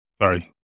Sorry